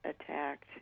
attacked